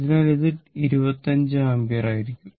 അതിനാൽ ഇത് 25 ആമ്പിയർ ആയിരിക്കും